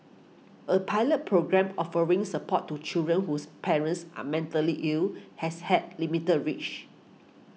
a pilot programme offering support to children whose parents are mentally ill has had limited reach